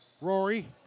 Rory